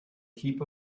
heap